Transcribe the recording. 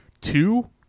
Two